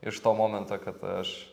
iš to momento kad aš